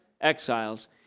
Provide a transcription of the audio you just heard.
exiles